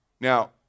Now